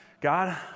God